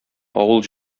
авыл